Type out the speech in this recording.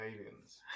aliens